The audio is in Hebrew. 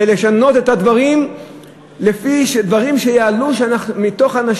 ולשנות את הדברים לפי מה שיעלו אנשים,